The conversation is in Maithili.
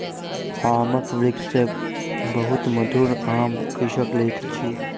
आमक वृक्ष सॅ बहुत मधुर आम कृषक लैत अछि